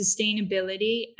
sustainability